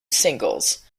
singles